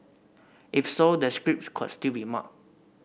if so the scripts could still be marked